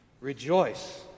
Rejoice